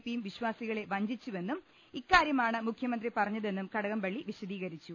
P യും വിശ്വാസികളെ വഞ്ചിച്ചുവെന്നും ഇക്കാ ര്യമാണ് മുഖ്യമന്ത്രി പറഞ്ഞതെന്നും കടകംപള്ളി വിശദീകരിച്ചു